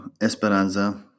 Esperanza